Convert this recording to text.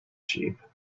sheep